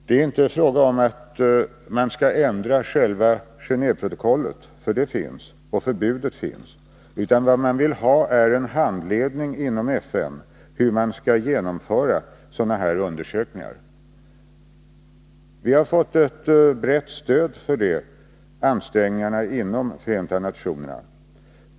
Det är inte fråga om att man skall ändra själva Geneåveprotokollet, för det är ju ett faktum att det finns och att förbudet finns, utan vad man vill ha är en handledning inom FN som anger hur sådana här undersökningar skall göras. Vi har fått ett brett stöd för ansträngningarna inom Förenta nationerna.